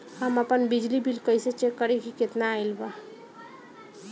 हम आपन बिजली बिल कइसे चेक करि की केतना आइल बा?